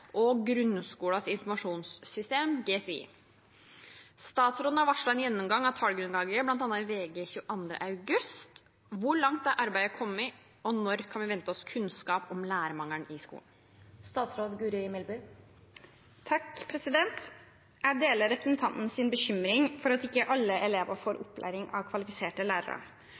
og skole og Grunnskolens Informasjonssystem. Statsråden har varslet en gjennomgang av tallgrunnlaget, bl.a. i VG 22. august. Hvor langt er arbeidet kommet, og når kan vi vente oss kunnskap om lærermangelen i skolen?» Jeg deler representantens bekymring for at ikke alle elever får opplæring av kvalifiserte lærere.